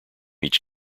each